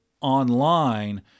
online